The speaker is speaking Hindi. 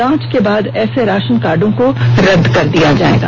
जांच के उपरांत ऐसे राशन कार्डों को रद्द कर दिया जाएगा